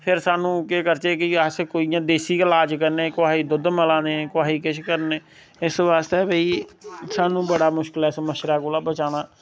फिर साह्नू केह् करचै कि अस कोई इ'यां देस्सी गै लाज़ करने कुसा गी दुध्द मला ने कुसा गी किश करने इस बास्तै भाई साह्नू बड़ा मुश्कल ऐ इस मच्छरै कोला बचाना